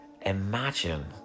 Imagine